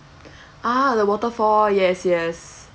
ah the waterfall yes yes